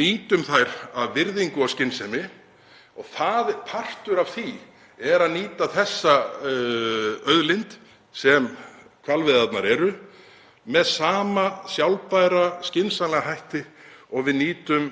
nýtum þær af virðingu og skynsemi og partur af því er að nýta þessa auðlind sem hvalveiðarnar eru með sama sjálfbæra og skynsamlega hætti og við nýtum